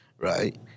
Right